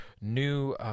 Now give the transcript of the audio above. new